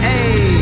Hey